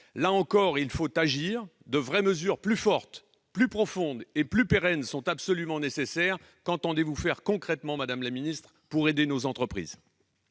Là encore, il faut agir ! De vraies mesures, plus fortes, plus profondes, plus pérennes, sont absolument nécessaires. Qu'entendez-vous faire concrètement, madame la ministre, pour aider nos entreprises ?